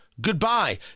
goodbye